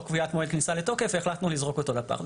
קביעת מועד כניסה לתוקף והחלטנו לזרוק אותו לפח.